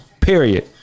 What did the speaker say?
Period